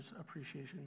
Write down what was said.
appreciation